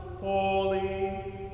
holy